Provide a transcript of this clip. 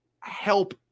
help